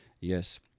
Yes